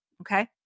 Okay